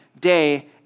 day